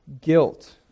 guilt